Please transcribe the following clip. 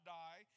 die